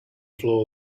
floor